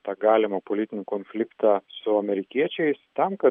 tą galimą politinį konfliktą su amerikiečiais tam kad